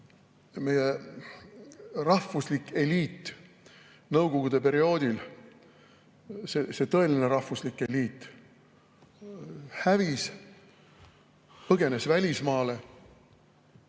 meie rahvuslik eliit nõukogude perioodil, see tõeline rahvuslik eliit hävis, põgenes välismaale,